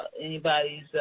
anybody's